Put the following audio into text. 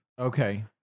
okay